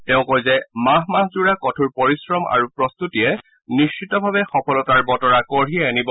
তেওঁ কয় যে মাহ মাহ জোৰা কঠোৰ পৰিশ্ৰম আৰু প্ৰস্তুতিয়ে নিশ্চিতভাৱে সফলতাৰ বতৰা কঢ়িয়াই আনিব